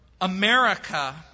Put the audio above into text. America